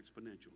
exponentially